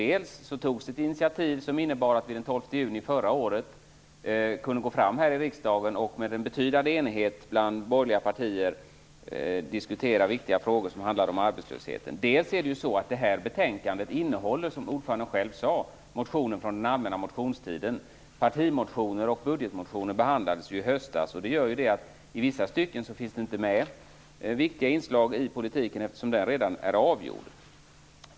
Dels togs ett initiativ som innebar att vi den 12 juni förra året kunde gå fram här i riksdagen och med betydande enighet bland borgerliga partier diskutera viktiga frågor som handlade om arbetslösheten. Dels innehåller ju det här betänkandet, som utskottets ordförande själv sade, motioner från den allmänna motionstiden. Partimotioner och budgetmotioner behandlades i höstas. Det innebär att viktiga inslag i politiken inte finns med. En del är redan avgjort.